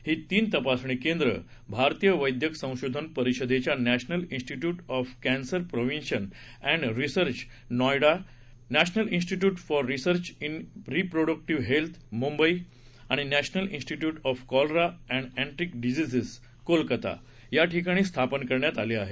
ही तीन तपासणी केंद्र भारतीय वैद्यक संशोधन परिषदेच्या national institute of cancer prevention and research Noida national institute for research in reproductive health Mumbai आणि national institute of cholera and enteric diseases Kolkata या ठिकाणी स्थापन करण्यात आली आहेत